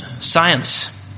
science